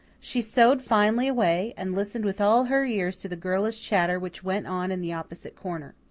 she sewed finely away, and listened with all her ears to the girlish chatter which went on in the opposite corner.